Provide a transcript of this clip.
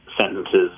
sentences